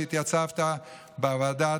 שהתייצבת בוועדה.